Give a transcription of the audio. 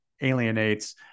alienates